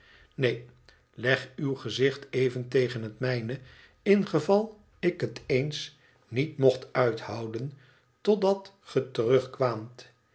neen ijog uw gezicht even tegen het mijne ingeval ik het eens niet mocht uithouden totdat